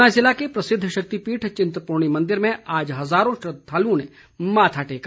ऊना ज़िला के प्रसिद्ध शक्तिपीठ चिंतपूर्णी मंदिर में आज हजारों श्रद्धालुओं ने माथा टेका